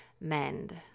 MEND